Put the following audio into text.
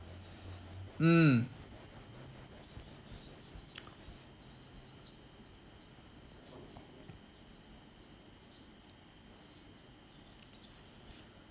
mm